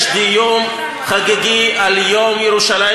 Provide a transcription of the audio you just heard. יש דיון חגיגי על יום ירושלים,